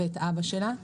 ואת אבא שלה.